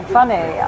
funny